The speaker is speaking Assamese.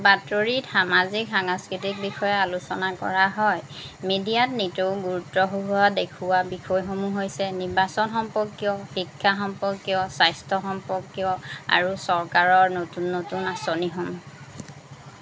বাতৰিত সামাজিক সাংস্কৃতিক বিষয়ে আলোচনা কৰা হয় মিডিয়াত নিতৌ গুৰুত্বসহ দেখুওৱা বিষয়সমূহ হৈছে নিৰ্বাচন সম্পৰ্কীয় শিক্ষা সম্পৰ্কীয় স্বাস্থ্য সম্পৰ্কীয় আৰু চৰকাৰৰ নতুন নতুন আঁচনিসমূহ